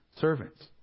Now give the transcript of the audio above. servants